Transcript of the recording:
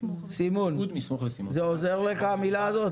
מסמוך." זה עוזר לך המילה הזאת?